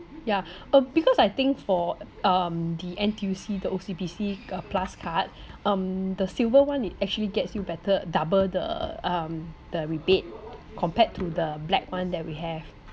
yeah uh because I think for um the N_T_U_C the O_C_B_C uh plus card um the silver one it actually gets you better double the um the rebate compared to the black one that we have